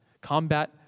Combat